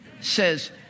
says